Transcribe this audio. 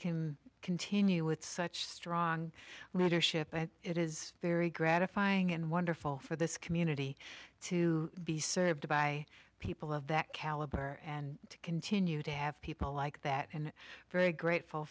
can continue with such strong leadership and it is very gratifying and wonderful for this community to be served by people of that caliber and to continue to have people like that and very grateful